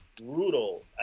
brutal